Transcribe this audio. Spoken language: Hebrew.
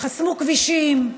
חסמו כבישים,